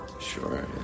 Sure